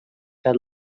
their